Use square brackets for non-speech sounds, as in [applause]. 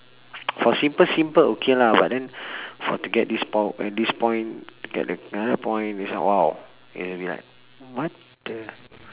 [noise] for simple simple okay lah but then for to get this power at this point get another point this one !wow! it will be like what the